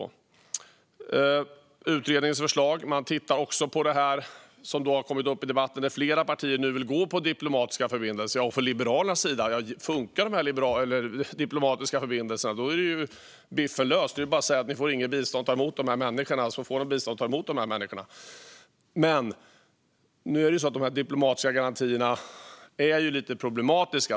I utredningen tittar man också på detta med diplomatiska förbindelser, som har kommit upp i debatten och som flera partier vill gå på. Från Liberalernas sida anser vi att frågan är löst om dessa diplomatiska förbindelserna funkar. Det är bara att säga: Ni får inget bistånd, men om ni tar emot de här människorna får ni bistånd. De diplomatiska garantierna är dock lite problematiska.